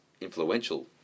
influential